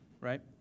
Right